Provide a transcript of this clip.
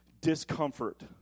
Discomfort